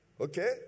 Okay